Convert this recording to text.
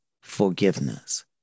forgiveness